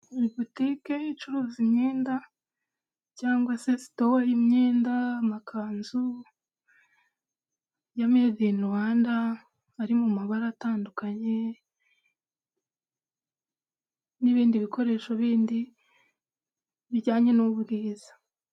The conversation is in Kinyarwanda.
Botike icuruza imyenda cyangwa se sitowa y'imyenda amakanzu, ya mede ini Rwanda ari mu mabara atandukanye n'ibindi bikore bindi bijyanye n'ubwiza.